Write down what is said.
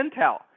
intel